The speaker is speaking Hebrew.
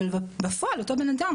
אבל בפועל אותו בן אדם,